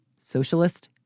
Socialist